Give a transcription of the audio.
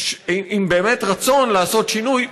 באמת עם רצון לעשות שינוי,